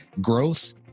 growth